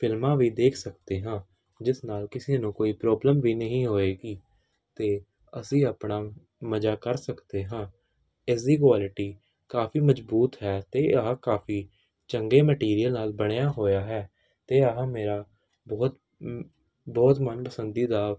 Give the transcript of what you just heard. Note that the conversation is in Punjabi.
ਫਿਲਮਾਂ ਵੀ ਦੇਖ ਸਕਦੇ ਹਾਂ ਜਿਸ ਨਾਲ ਕਿਸੇ ਨੂੰ ਕੋਈ ਪ੍ਰੋਬਲਮ ਵੀ ਨਹੀਂ ਹੋਏਗੀ ਅਤੇ ਅਸੀਂ ਆਪਣਾ ਮਜ਼ਾ ਕਰ ਸਕਦੇ ਹਾਂ ਇਸ ਦੀ ਕੁਆਲਿਟੀ ਕਾਫੀ ਮਜਬੂਤ ਹੈ ਅਤੇ ਆਹ ਕਾਫੀ ਚੰਗੇ ਮਟੀਰੀਅਲ ਨਾਲ ਬਣਿਆ ਹੋਇਆ ਹੈ ਅਤੇ ਆਹ ਮੇਰਾ ਬਹੁਤ ਬਹੁਤ ਮਨਪਸੰਦੀ ਦਾ